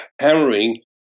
hammering